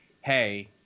hey